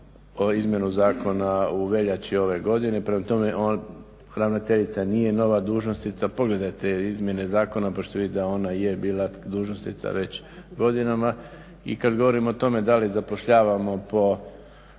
o izmjeni zakona u veljači ove godine. Prema tome, ravnateljica nije nova dužnosnica. Pogledajte izmjene zakona, pa ćete vidjeti da ona je bila dužnosnica već godinama. I kad govorim o tome da li zapošljavamo po